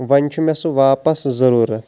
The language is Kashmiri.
وۄنۍ چُھ مےٚ سُہ واپس ضروٗرت